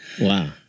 Wow